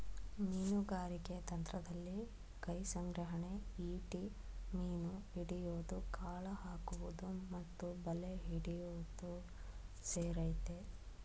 ಮೀನುಗಾರಿಕೆ ತಂತ್ರದಲ್ಲಿ ಕೈಸಂಗ್ರಹಣೆ ಈಟಿ ಮೀನು ಹಿಡಿಯೋದು ಗಾಳ ಹಾಕುವುದು ಮತ್ತು ಬಲೆ ಹಿಡಿಯೋದು ಸೇರಯ್ತೆ